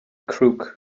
crook